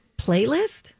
playlist